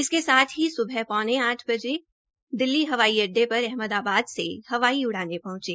इसी के साथ ही सबुह पौने आठ बजे दिल्ली हवाई अड्डे पर अहमदाबाद से हवाई उड़ान पहंची